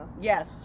Yes